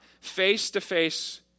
face-to-face